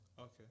okay